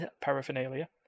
paraphernalia